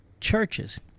churches